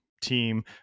team